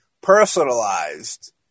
personalized